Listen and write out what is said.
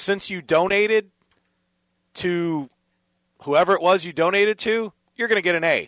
since you donate it to whoever it was you donated to you're going to get an a